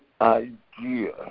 idea